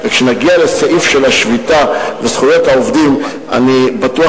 וכשנגיע לסעיף של השביתה וזכויות העובדים אני בטוח